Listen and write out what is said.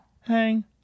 hang